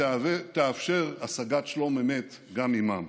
שתאפשר השגת שלום אמת גם עימם.